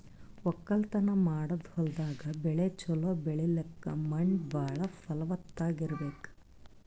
ವಕ್ಕಲತನ್ ಮಾಡದ್ ಹೊಲ್ದಾಗ ಬೆಳಿ ಛಲೋ ಬೆಳಿಲಕ್ಕ್ ಮಣ್ಣ್ ಭಾಳ್ ಫಲವತ್ತಾಗ್ ಇರ್ಬೆಕ್